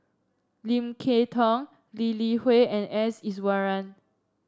Lim Kay Tong Lee Li Hui and S Iswaran